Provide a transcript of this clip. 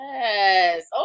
Yes